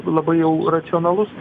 labai jau racionalus